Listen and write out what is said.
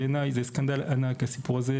בעיניי זה סקנדל ענק הסיפור הזה,